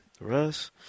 Russ